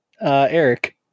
Eric